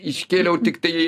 iškėliau tiktai